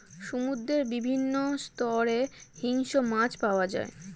সমুদ্রের বিভিন্ন স্তরে হিংস্র মাছ পাওয়া যায়